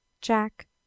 Jack